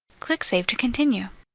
click save to continue.